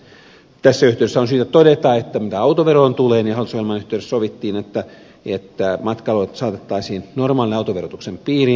tässä yhteydessä on syytä todeta että mitä autoveroon tulee niin hallitusohjelman yhteydessä sovittiin että matkailuautot saatettaisiin normaalin autoverotuksen piiriin